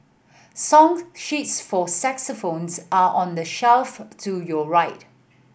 song sheets for are on the shelf to your right